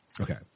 Okay